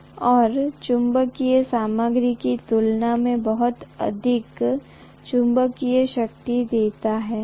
यह गैर चुंबकीय सामग्री की तुलना में बहुत अधिक चुंबकीय शक्ति देता है